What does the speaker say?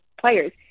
players